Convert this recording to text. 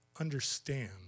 understand